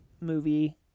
movie